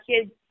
kids